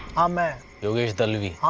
um ah yogesh dalvi? ah